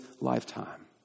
lifetime